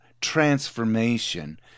transformation